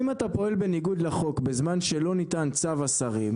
אם אתה פועל בניגוד לחוק בזמן שלא ניתן צו השרים,